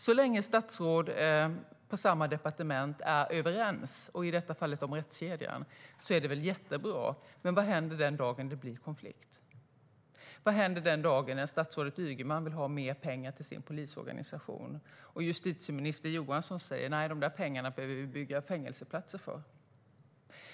Så länge statsråd på samma departement är överens, i detta fall om rättskedjan, är det bra. Men vad händer den dagen det blir konflikt? Vad händer den dagen när statsrådet Ygeman vill ha mer pengar till sin polisorganisation och justitieminister Johansson säger att pengarna behövs för att bygga fängelseplatser?